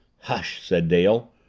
hush! said dale,